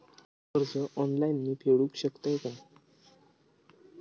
कर्ज ऑनलाइन मी फेडूक शकतय काय?